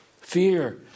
Fear